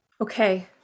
Okay